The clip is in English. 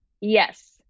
Yes